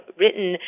written